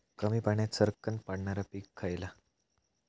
कमी पाण्यात सरक्कन वाढणारा पीक खयला?